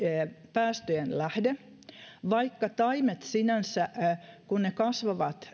päästöjen lähde taimet sinänsä kun ne kasvavat